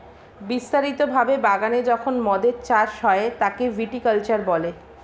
বিস্তারিত ভাবে বাগানে যখন মদের চাষ হয় তাকে ভিটি কালচার বলে